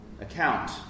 account